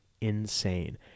insane